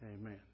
Amen